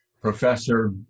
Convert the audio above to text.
professor